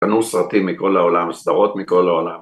‫קנו סרטים מכל העולם, ‫הסדרות מכל העולם.